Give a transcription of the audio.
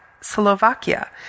Slovakia